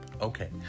Okay